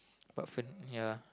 but ya